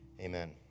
Amen